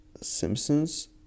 simpsons